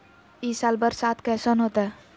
ई साल बरसात कैसन होतय?